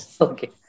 Okay